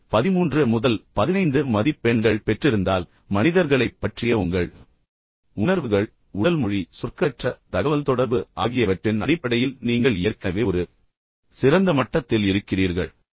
நீங்கள் 13 முதல் 15 மதிப்பெண்கள் பெற்றிருந்தால் மனிதர்களைப் பற்றிய உங்கள் உணர்வுகள் உடல் மொழி சொற்களற்ற தகவல்தொடர்பு ஆகியவற்றின் அடிப்படையில் நீங்கள் ஏற்கனவே ஒரு சிறந்த மட்டத்தில் இருக்கிறீர்கள்